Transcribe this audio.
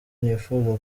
nifuza